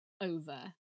over